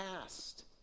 past